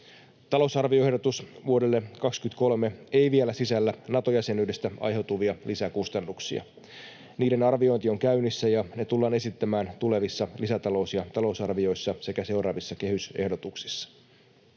Talousarvioehdotus vuodelle 23 ei vielä sisällä Nato-jäsenyydestä aiheutuvia lisäkustannuksia. Niiden arviointi on käynnissä, ja ne tullaan esittämään tulevissa lisätalous‑ ja talousarvioissa sekä seuraavissa kehysehdotuksissa.